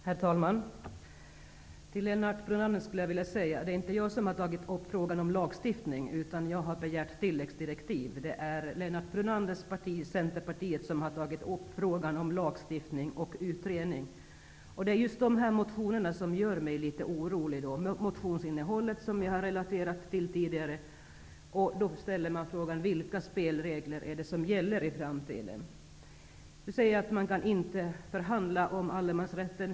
Herr talman! Till Lennart Brunander skulle jag vilja säga: Det är inte jag som har tagit upp frågan om lagstiftning; jag har begärt tilläggsdirektiv. Det är Lennart Brunanders parti, Centerpartiet, som har tagit upp frågan om lagstiftning och utredning. Det är just de centerpartistiska motionernas innehåll, som jag tidigare har refererat, som gör mig litet orolig. Man ställer sig nämligen frågan: Vilka spelregler är det som kommer att gälla i framtiden? Lennart Brunander säger att man inte kan förhandla om allemansrätten.